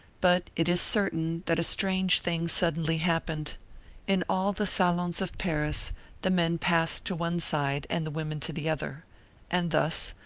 but it is certain that a strange thing suddenly happened in all the salons of paris the men passed to one side and the women to the other and thus,